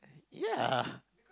ya